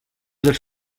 dels